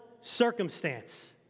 circumstance